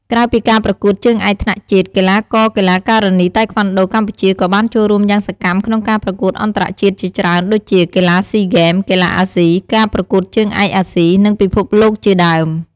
ក្រៅពីការប្រកួតជើងឯកថ្នាក់ជាតិ កីឡាករ កីឡាការិនីតៃក្វាន់ដូកម្ពុជាក៏បានចូលរួមយ៉ាងសកម្មក្នុងការប្រកួតអន្តរជាតិជាច្រើនដូចជា កីឡាស៊ីហ្គេម កីឡាអាស៊ី ការប្រកួតជើងឯកអាស៊ី និងពិភពលោកជាដើម។